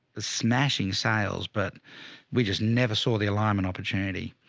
smashing sales, but we just never saw the alignment opportunity.